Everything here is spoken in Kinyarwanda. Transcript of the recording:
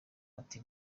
ati